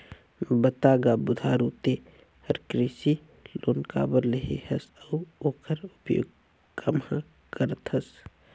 बता गा बुधारू ते हर कृसि लोन काबर लेहे हस अउ ओखर उपयोग काम्हा करथस